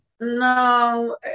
No